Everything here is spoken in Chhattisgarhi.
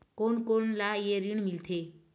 कोन कोन ला ये ऋण मिलथे?